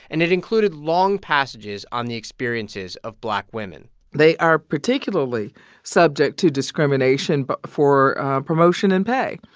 and it included long passages on the experiences of black women they are particularly subject to discrimination but for promotion and pay.